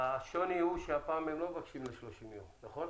ההבדל הוא שהפעם הם לא מבקשים ל-30 יום, נכון?